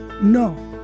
No